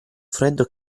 freddo